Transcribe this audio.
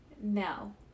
No